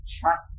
trust